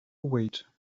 wait